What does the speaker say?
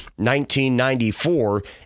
1994